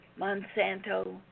Monsanto